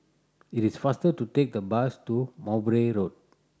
it is faster to take the bus to Mowbray Road